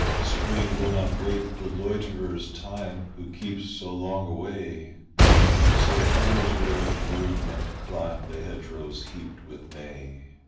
spring will not wait the loiterer's time who keeps so long away so others wear the broom and climb the hedgerows heaped with may.